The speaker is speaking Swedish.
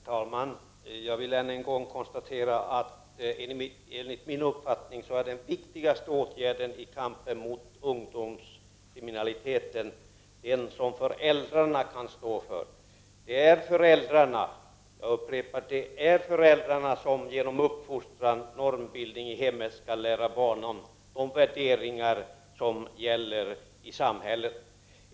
Herr talman! Jag vill än en gång påpeka att enligt min uppfattning är den viktigaste åtgärden i kampen mot ungdomskriminaliteten den som föräldrarna kan stå för. Jag upprepar: Det är föräldrarna som genom uppfostran och normbildning i hemmet skall kan lära barnen vilka värderingar som gäller i samhället.